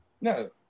No